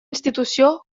institució